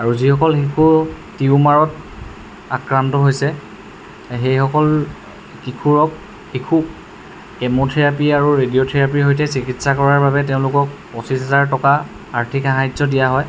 আৰু যিসকল শিশু টিউমাৰত আক্ৰান্ত হৈছে সেইসকল কিশোৰক শিশু কেমোথেৰাপি আৰু ৰেডিঅ' থেৰাপিৰ সৈতে চিকিৎসা কৰাৰ বাবে তেওঁলোকক পঁচিছ হাজাৰ টকা আৰ্থিক সাহাৰ্য দিয়া হয়